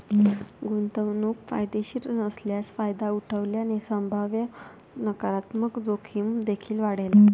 गुंतवणूक फायदेशीर नसल्यास फायदा उठवल्याने संभाव्य नकारात्मक जोखीम देखील वाढेल